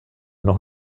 noch